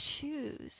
choose